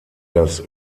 das